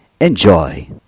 Enjoy